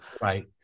Right